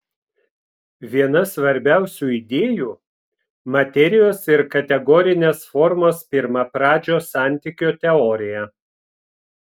viena svarbiausių idėjų materijos ir kategorinės formos pirmapradžio santykio teorija